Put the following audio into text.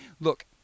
look